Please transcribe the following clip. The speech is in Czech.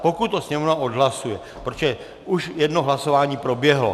Pokud to Sněmovna odhlasuje, protože už jedno hlasování proběhlo.